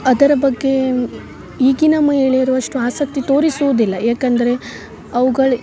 ಅದರ ಬಗ್ಗೆ ಈಗಿನ ಮಹಿಳೆಯರು ಅಷ್ಟು ಆಸಕ್ತಿ ತೋರಿಸುವುದಿಲ್ಲ ಏಕೆಂದರೆ ಅವ್ಗಳ್